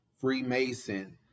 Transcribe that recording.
Freemason